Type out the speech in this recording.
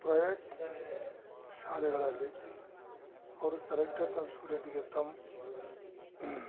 private ಶಾಲೆಗಳಲ್ಲಿ ಅವರು selected ತಮ್ಮ ಸ್ಟೂಡೆಂಟಿಗೆ ತಮ್ಮ